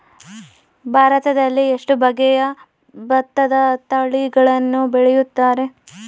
ಭಾರತದಲ್ಲಿ ಎಷ್ಟು ಬಗೆಯ ಭತ್ತದ ತಳಿಗಳನ್ನು ಬೆಳೆಯುತ್ತಾರೆ?